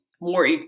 more